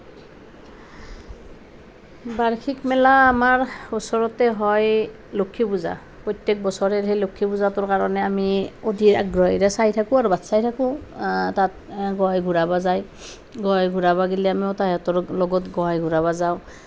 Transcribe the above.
বাৰ্ষিক মেলা আমাৰ ওচৰতে হয় লক্ষী পূজা প্ৰত্যেক বছৰে সেই লক্ষী পূজাটোৰ কাৰণে আমি অতি আগ্ৰহেৰে চাই থাকোঁ আৰু বাট চাই থাকোঁ তাত গৈ ঘূৰাব যাই গৈ ঘূৰাব গেলি আমিও তাহাঁহৰ লগত গৈ ঘূৰাব যাওঁ